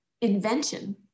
invention